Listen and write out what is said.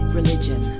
religion